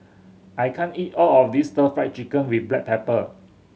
I can't eat all of this Stir Fried Chicken with black pepper